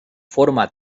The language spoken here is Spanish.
forma